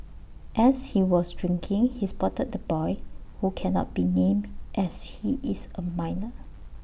as he was drinking he spotted the boy who cannot be named as he is A minor